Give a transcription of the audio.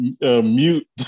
mute